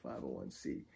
501c